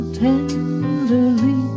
tenderly